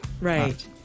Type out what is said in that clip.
right